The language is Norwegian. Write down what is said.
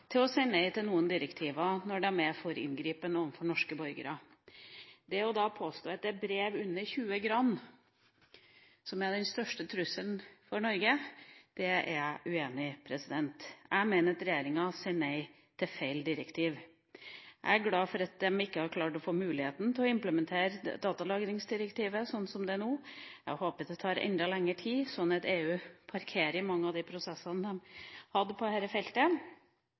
det er brev under 20 gram som er den største trusselen for Norge, er jeg uenig i. Jeg mener at regjeringa sier nei til feil direktiv. Jeg er glad for at de ikke har klart å få muligheten til å implementere datalagringsdirektivet, slik som det er nå, og jeg håper at det tar enda lengre tid, slik at EU parkerer mange av de prosessene som de hadde på dette feltet.